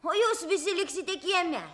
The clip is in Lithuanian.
o jūs visi liksite kieme